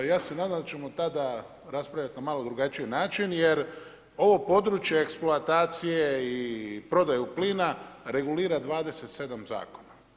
Ja se nadam da ćemo tada raspravljat na malo drugačiji način, jer ovo područje eksploatacije i prodaju plina regulira 27 zakona.